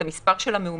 את המספר של המאומתים.